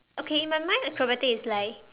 okay in my mind acrobatic is like